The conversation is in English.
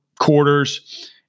quarters